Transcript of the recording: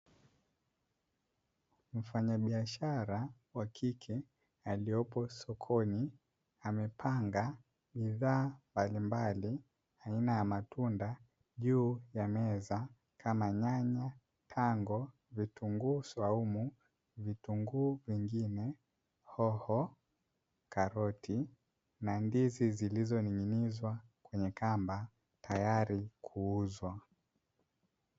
Mfanyabiashara wa kike aliopo sokoni amepanga bidhaa mbalimbali aina ya matunda juu ya meza kama nyanya, tango, vitunguu swaumu vitunguu vingine hoho karoti na ndizi zilizoning'inizwa kwenye kamba tayari kuuzwa.